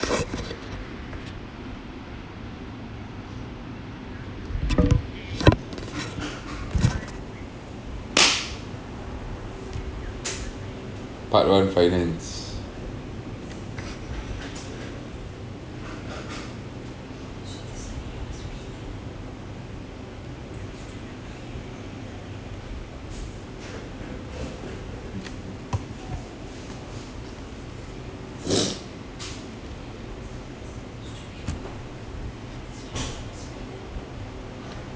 part one finance